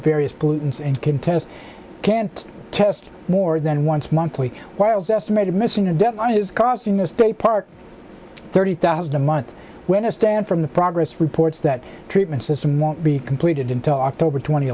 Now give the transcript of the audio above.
various pollutants and contests can't test more than once monthly wiles estimated missing a deadline is costing the state park thirty thousand a month when i stand from the progress reports that treatment system won't be completed until october twent